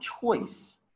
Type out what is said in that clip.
choice